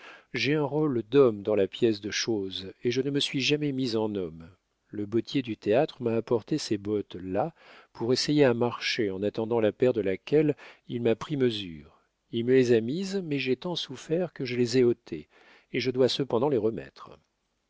j'ai un rôle d'homme dans la pièce de chose et je ne me suis jamais mise en homme le bottier du théâtre m'a apporté ces bottes là pour essayer à marcher en attendant la paire de laquelle il m'a pris mesure il me les a mises mais j'ai tant souffert que je les ai ôtées et je dois cependant les remettre